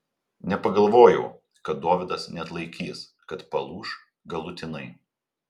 nepagalvojau kad dovydas neatlaikys kad palūš galutinai